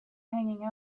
hanging